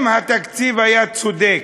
אם התקציב היה צודק,